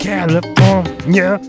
California